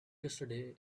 yesterday